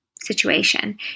Situation